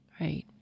right